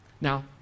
Now